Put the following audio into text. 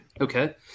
Okay